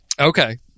Okay